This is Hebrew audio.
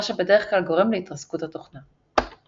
מה שבדרך כלל גורם להתרסקות התוכנה.